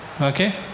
Okay